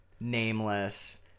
Nameless